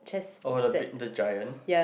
oh the big the giant